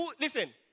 listen